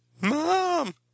Mom